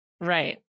Right